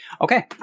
Okay